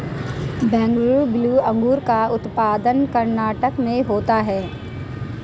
Bengaluru blue अंगूर का उत्पादन कर्नाटक में होता है